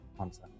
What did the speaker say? answer